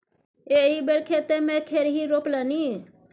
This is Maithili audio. एहि बेर खेते मे खेरही रोपलनि